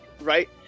right